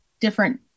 different